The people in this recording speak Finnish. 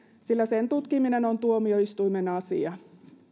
sillä sen tutkiminen on tuomioistuimen asia